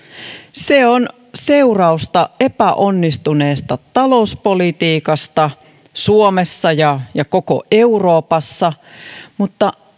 se on seurausta epäonnistuneesta talouspolitiikasta suomessa ja ja koko euroopassa mutta